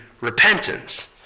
repentance